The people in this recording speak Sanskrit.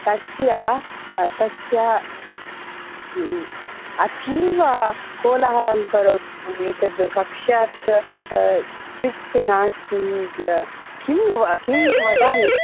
तस्य तस्य अतीव कोलाहलं करोति एतत् कक्ष्यात् स्ट्रिक्ट् नास्ति किं किं वदामि